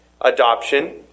adoption